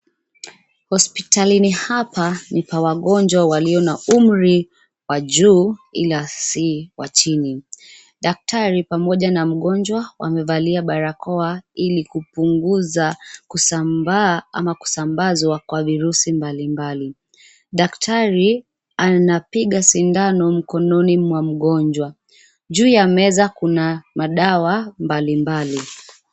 Hospitalini hapa ni pa wagonjwa walio na umri wa juu na ila si wa chini. Daktari pamoja na mgonjwa wamevalia barakoa ili kupunguza kusambaa ama kusambazwa kwa virusi mbalimbali. Daktari anapiga sindano mkononi mwa mgonjwa. Juu ya meza kuna madawa mbalimbali.